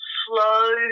slow